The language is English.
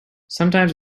sometimes